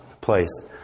place